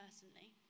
personally